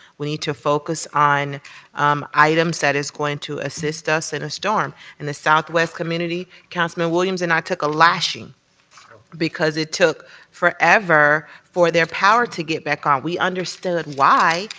we need to focus on items that is going to assist us in a storm. in the southwest community, councilman williams and i took a lashing because it took forever for their power to get back on. we understood why.